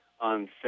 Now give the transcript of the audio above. on